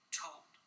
told